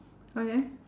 okay